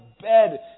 bed